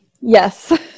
Yes